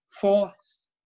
force